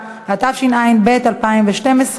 פקודת בתי-הסוהר (מס' 41) (תעסוקה אסירים),